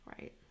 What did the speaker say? right